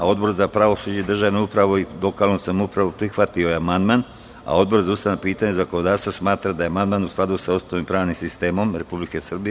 Odbor za pravosuđe, državnu upravu i lokalnu samoupravu prihvatio je amandman, a Odbor za ustavna pitanja i zakonodavstvo smatra da je amandman u skladu sa Ustavom i pravnim sistemom Republike Srbije.